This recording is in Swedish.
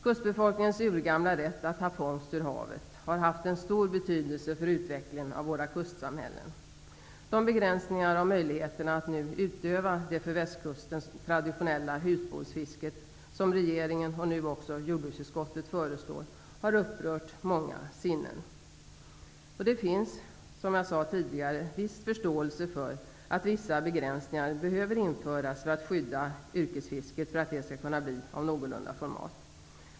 Kustbefolkningens urgamla rätt att ta fångst ur havet har haft stor betydelse för utvecklingen av våra kustsamhällen. De begränsningar av möjligheterna att utöva det för Västkusten traditionella husbehovsfisket som regeringen och nu även jordbruksutskottet föreslår har upprört många sinnen. Det finns, som jag sade tidigare, viss förståelse för att en del begränsningar behöver införas för att skydda yrkesfisket, för att det skall kunna bli av någorlunda format.